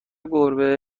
گربه